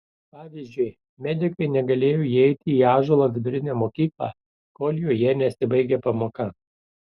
pavyzdžiui medikai negalėjo įeiti į ąžuolo vidurinę mokyklą kol joje nesibaigė pamoka